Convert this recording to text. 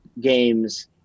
games